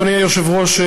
אדוני היושב-ראש,